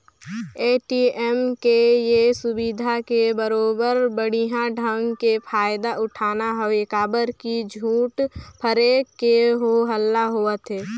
ATM के ये सुबिधा के बरोबर बड़िहा ढंग के फायदा उठाना हवे काबर की झूठ फरेब के हो हल्ला होवथे